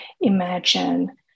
imagine